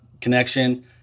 connection